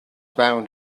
bound